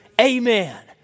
amen